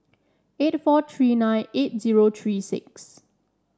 eight four three nine eight zero three six